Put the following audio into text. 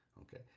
Okay